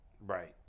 Right